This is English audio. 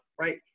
right